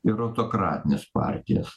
ir autokratines partijas